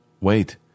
Wait